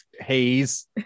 haze